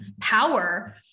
power